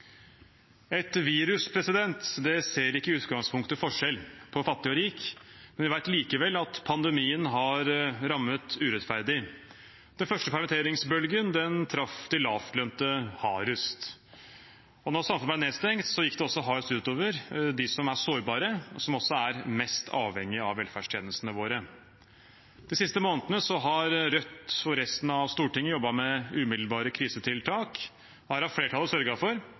Et virus ser i utgangspunktet ikke forskjell på fattig og rik. Vi vet likevel at pandemien har rammet urettferdig. Den første permitteringsbølgen traff de lavtlønte hardest, og da samfunnet var nedstengt, gikk det hardest ut over de som er sårbare, som også er mest avhengige av velferdstjenestene våre. De siste månedene har Rødt og resten av Stortinget jobbet med umiddelbare krisetiltak. Her har flertallet sørget for